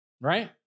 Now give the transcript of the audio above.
Right